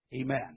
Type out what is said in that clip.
Amen